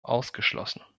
ausgeschlossen